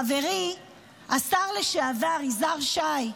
חברי השר לשעבר יזהר שי,